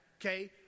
Okay